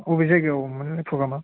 अबे जायगायाव मोनलाय प्रग्रामा